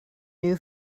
new